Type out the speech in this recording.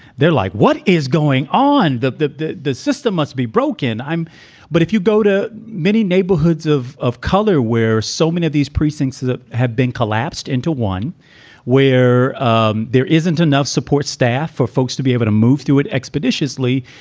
they're like, what is going on? that the the the system must be broken. i'm but if you go to many neighborhoods of of color where so many of these precincts have been collapsed into one where um there isn't enough support staff for folks to be able to move through it expeditiously,